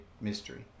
mystery